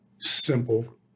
simple